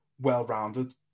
well-rounded